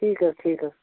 ٹھیٖک حظ ٹھیٖک حظ